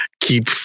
keep